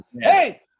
Hey